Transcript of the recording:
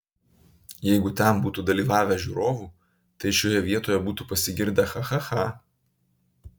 jeigu ten būtų dalyvavę žiūrovų tai šioje vietoje būtų pasigirdę cha cha cha